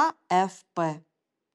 afp